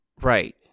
Right